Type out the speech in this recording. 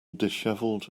dishevelled